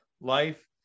life